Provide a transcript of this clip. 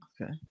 Okay